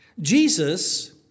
Jesus